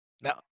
Now